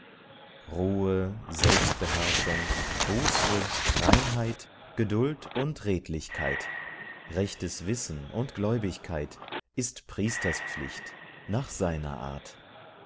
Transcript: ruhe selbstbeherrschung buße reinheit geduld und redlichkeit rechtes wissen und gläubigkeit ist priesters pflicht nach seiner art